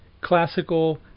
classical